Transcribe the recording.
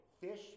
Fish